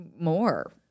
more